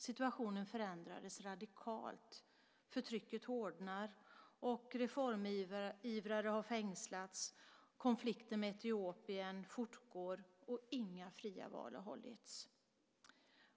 Situationen förändrades radikalt. Förtrycket hårdnade och reformivrare fängslades. Konflikten med Etiopien fortgår, och inga fria val har hållits.